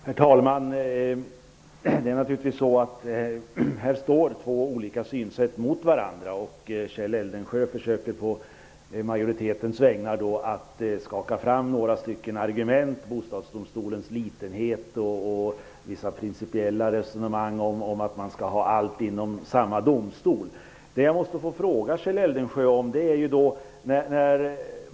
Herr talman! Här står två olika synsätt mot varandra. Kjell Eldensjö försöker på majoritetens vägnar att skaka fram några argument, t.ex. Bostadsdomstolens litenhet och vissa principiella resonemang om att vi skall ha allt inom samma domstol. Jag måste få fråga Kjell Eldensjö en sak.